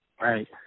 Right